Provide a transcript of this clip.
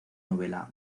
novela